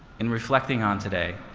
in reflecting on today,